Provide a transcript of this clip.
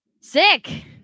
Sick